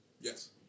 Yes